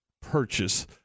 purchase